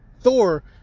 Thor